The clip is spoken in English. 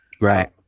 Right